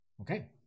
Okay